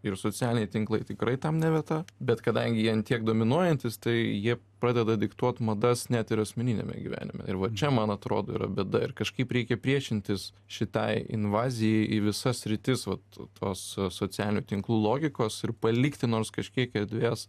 ir socialiniai tinklai tikrai tam ne vieta bet kadangi jie tiek dominuojantys tai jie pradeda diktuot madas net ir asmeniniame gyvenime ir va čia man atrodo yra bėda ir kažkaip reikia priešintis šitai invazijai į visas sritis vat tos socialinių tinklų logikos ir palikti nors kažkiek erdvės